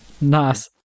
nice